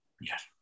Yes